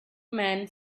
men